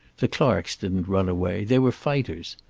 the clarks didn't run away. they were fighters.